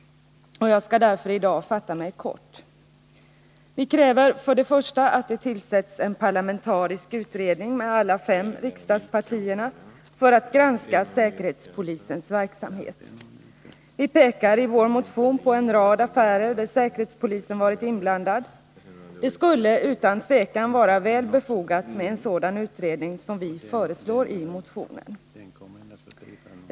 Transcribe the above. Jag skall därför i dag fatta mig kort. Vi kräver först och främst att det tillsätts en parlamentarisk utredning med alla fem riksdagspartier för att granska säkerhetspolisens verksamhet. Vi pekari vår motion på en rad affärer där säkerhetspolisen varit inblandad. Det skulle utan tvivel vara väl befogat med en sådan utredning som vi föreslår i motionen.